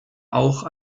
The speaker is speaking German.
auch